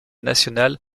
national